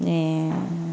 ఏంటో